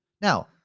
now